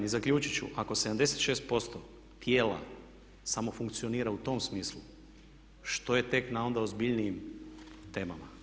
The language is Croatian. I zaključit ću, ako 76% tijela samo funkcionira u tom smislu, što je tek onda na ozbiljnim temama?